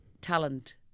talent